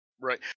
right